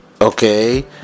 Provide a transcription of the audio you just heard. okay